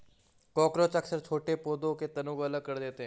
cockroach अक्सर छोटे पौधों के तनों को अलग कर देते हैं